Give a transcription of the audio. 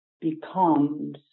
becomes